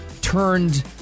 Turned